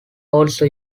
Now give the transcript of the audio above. also